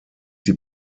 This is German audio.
die